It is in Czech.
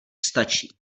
stačí